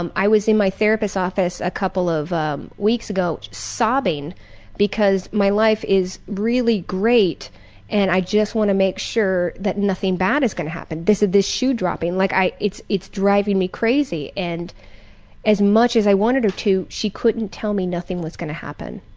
um i was in my therapist's office a couple of weeks ago sobbing because my life is really great and i just wanna make sure that nothing bad is gonna happen. this is the shoe dropping. like it's it's driving me crazy. and as much as i wanted her to, she couldn't tell me nothing was gonna happen.